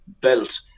belt